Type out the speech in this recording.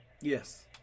Yes